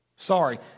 Sorry